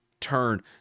turn